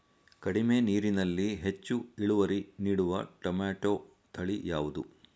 ಕಡಿಮೆ ನೀರಿನಲ್ಲಿ ಹೆಚ್ಚು ಇಳುವರಿ ನೀಡುವ ಟೊಮ್ಯಾಟೋ ತಳಿ ಯಾವುದು?